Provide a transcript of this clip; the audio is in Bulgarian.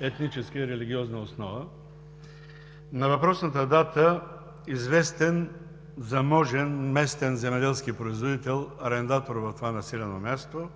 етническа и религиозна основа. На въпросната дата известен, заможен, местен земеделски производител – арендатор в това населено място,